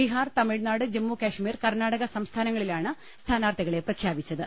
Bihar Tamil Nadu Jammu Kashmir Karnataka സംസ്ഥാനങ്ങളിലാണ് സ്ഥാനാർഥികളെ പ്രഖ്യാപിച്ചത്